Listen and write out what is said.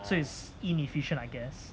so is inefficient I guess